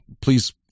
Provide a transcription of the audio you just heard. please